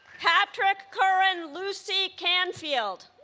patrick curran lucey canfield